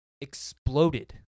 exploded